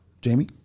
Jamie